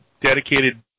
dedicated